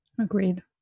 Agreed